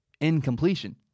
incompletion